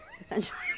essentially